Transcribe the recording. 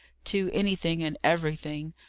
to anything and everything,